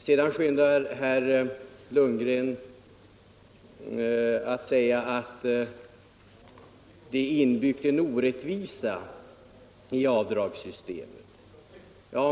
Sedan fortsatte herr Lundgren med att säga att det är en orättvisa inbyggd i avdragssystemet.